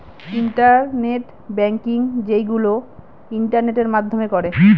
internet banking যেইগুলো ইন্টারনেটের মাধ্যমে করে